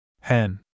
Hen